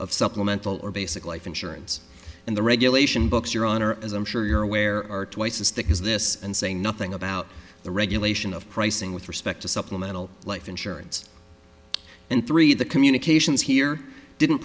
of supplemental or basic life insurance and the regulation books your honor as i'm sure you're aware are twice as thick as this and say nothing about the regulation of pricing with respect to supplemental life insurance and three the communications here didn't